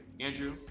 Andrew